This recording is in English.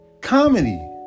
comedy